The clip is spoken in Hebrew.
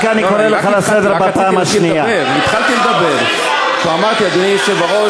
יש לי מה להגיב על,